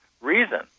reason